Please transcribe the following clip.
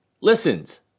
listens